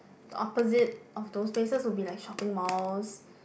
opposite of those places would be like shopping malls